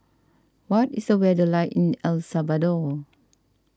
what is the weather like in El Salvador